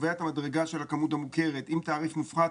שקובע את המדרגה של הכמות המוכרת עם תעריף מופחת